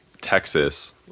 Texas